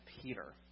Peter